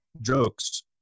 jokes